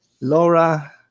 Laura